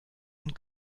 und